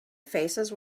faces